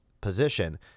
position